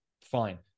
fine